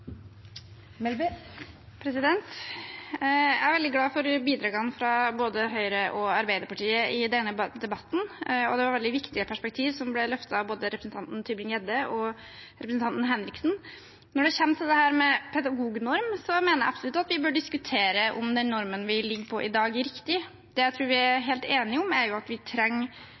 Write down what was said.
veldig glad for bidragene fra både Høyre og Arbeiderpartiet i denne debatten. Det var veldig viktige perspektiv som ble løftet av både representanten Tybring-Gjedde og representanten Henriksen. Når det gjelder dette med pedagognorm, mener jeg absolutt at vi bør diskutere om den normen vi har i dag, er riktig. Det jeg tror vi er helt enige om, er at vi trenger